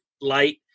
light